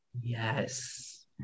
Yes